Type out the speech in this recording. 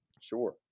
Sure